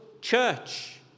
church